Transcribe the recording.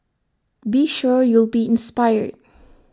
be sure you'll be inspired